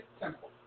temple